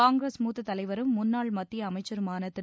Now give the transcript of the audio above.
காங்கிரஸ் மூத்த தலைவரும் முன்னாள் மத்திய அமைச்சருமான திரு